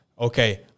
Okay